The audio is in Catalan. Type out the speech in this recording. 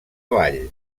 vall